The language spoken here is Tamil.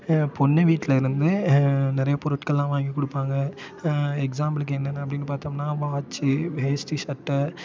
பொண்ணு வீட்டிலயிருந்து நிறைய பொருட்களெலாம் வாங்கி கொடுப்பாங்க எக்ஸாம்பிளுக்கு என்னென்னா அப்படின்னு பார்த்தோம்னா வாட்சி வேஷ்டி சட்டை